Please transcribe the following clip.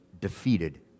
defeated